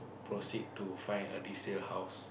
proceed to find a resale house